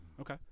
Okay